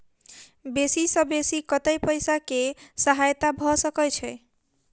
बेसी सऽ बेसी कतै पैसा केँ सहायता भऽ सकय छै?